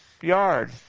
yard